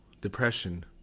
DEPRESSION